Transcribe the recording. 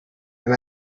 and